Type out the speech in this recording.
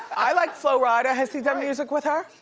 i like flo rida, has he done music with her?